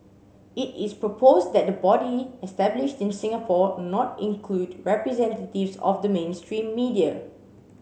it is proposed that the body established in Singapore not include representatives of the mainstream media